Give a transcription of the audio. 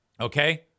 Okay